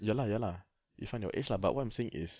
ya lah ya lah irfan your age lah but what I'm saying is